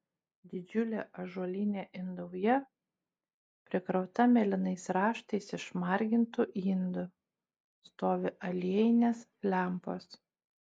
didžiulė ąžuolinė indauja prikrauta mėlynais raštais išmargintų indų stovi aliejinės lempos